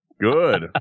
good